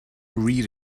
read